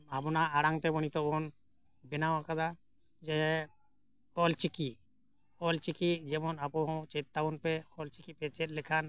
ᱟᱵᱚᱱᱟᱜ ᱟᱲᱟᱝ ᱛᱮᱵᱚᱱ ᱱᱤᱛᱳᱜ ᱵᱚᱱ ᱵᱮᱱᱟᱣ ᱟᱠᱟᱫᱟ ᱡᱮ ᱚᱞᱪᱤᱠᱤ ᱚᱞᱪᱤᱠᱤ ᱡᱮᱢᱚᱱ ᱟᱵᱚᱦᱚᱸ ᱪᱮᱫ ᱛᱟᱵᱚᱱ ᱯᱮ ᱚᱞᱪᱤᱠᱤ ᱯᱮ ᱪᱮᱫ ᱞᱮᱠᱷᱟᱱ